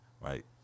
Right